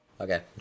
Okay